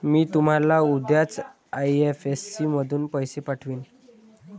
मी तुम्हाला उद्याच आई.एफ.एस.सी मधून पैसे पाठवीन